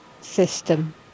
system